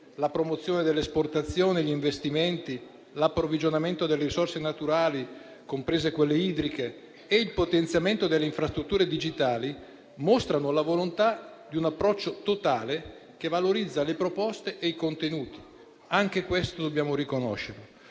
la promozione dell'esportazione e degli investimenti, l'approvvigionamento delle risorse naturali, comprese quelle idriche, e il potenziamento delle infrastrutture digitali - mostrano la volontà di un approccio totale che valorizza le proposte e i contenuti. Anche questo dobbiamo riconoscerlo.